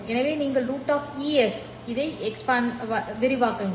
எனவே நீங்கள்√Es இதை விரிவாக்குங்கள்